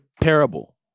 parable